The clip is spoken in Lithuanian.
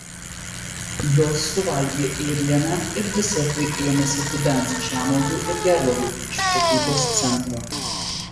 jos suvalgė ėrieną ir desertui ėmėsi dubens žemuogių ir gervuogių iš prekybos centro